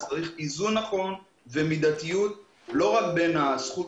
צריך איזון נכון ומידתיות לא רק בין הזכות